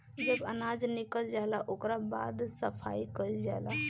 जब अनाज निकल जाला ओकरा बाद साफ़ कईल जाला